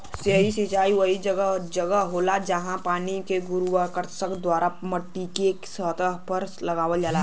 सतही सिंचाई वह जगह होला, जहाँ पानी के गुरुत्वाकर्षण द्वारा माटीके सतह पर लगावल जाला